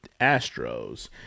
Astros